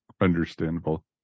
Understandable